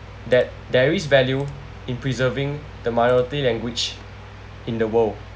that there is value in preserving the minority language in the world